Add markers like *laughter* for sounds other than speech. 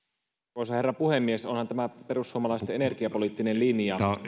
arvoisa herra puhemies onhan tämä perussuomalaisten energiapoliittinen linja *unintelligible*